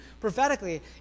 prophetically